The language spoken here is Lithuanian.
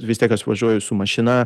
vis tiek aš važiuoju su mašina